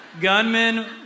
gunmen